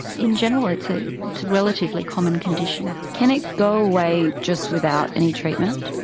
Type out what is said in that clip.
in general it's a relatively common condition. can it go away just without any treatment?